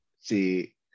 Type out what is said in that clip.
see